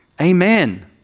Amen